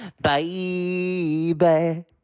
baby